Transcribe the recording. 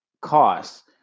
cost